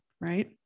right